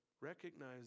recognize